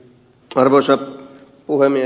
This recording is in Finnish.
arvoisa puhemies